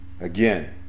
again